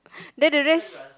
then the rest